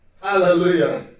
Hallelujah